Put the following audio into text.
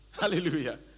hallelujah